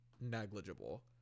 negligible